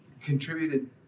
contributed